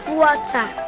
water